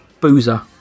boozer